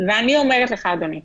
ואני אומרת לך, אדוני: